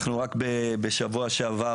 אנחנו רק בשבוע שעבר,